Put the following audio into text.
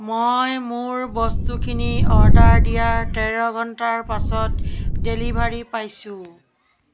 মই মোৰ বস্তুখিনি অৰ্ডাৰ দিয়াৰ তেৰ ঘণ্টাৰ পাছত ডেলিভাৰী পাইছোঁ